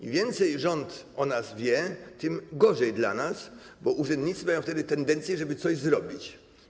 Im więcej rząd o nas wie, tym gorzej dla nas, bo urzędnicy mają wtedy tendencję, żeby coś zrobić.